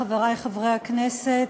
חברי חברי הכנסת,